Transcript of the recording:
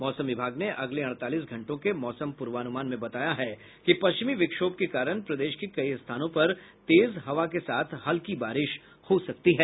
मौसम विभाग ने अगले अड़तालीस घंटों के मौसम पूर्वानुमान में बताया है कि पश्चिमी विक्षोभ के कारण प्रदेश के कई स्थानों पर तेज हवा के साथ हल्की बारिश हो सकती है